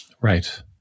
Right